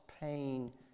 pain